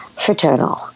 Fraternal